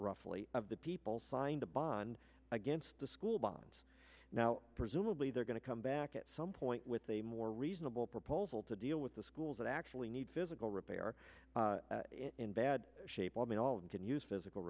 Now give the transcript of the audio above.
roughly of the people signed a bond against the school bonds now presumably they're going to come back at some point with a more reasonable proposal to deal with the schools that actually need physical repair in bad shape i mean all you can use physical